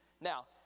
Now